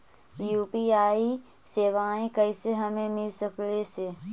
UPI सेवाएं कैसे हमें मिल सकले से?